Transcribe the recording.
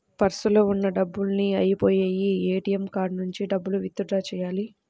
పర్సులో ఉన్న డబ్బులన్నీ అయ్యిపొయ్యాయి, ఏటీఎం కార్డు నుంచి డబ్బులు విత్ డ్రా చెయ్యాలి